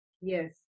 yes